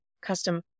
custom